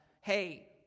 hey